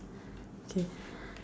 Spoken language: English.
okay